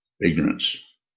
ignorance